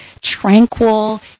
tranquil